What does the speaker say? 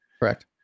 correct